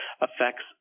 affects